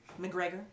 McGregor